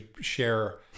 share